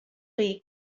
chi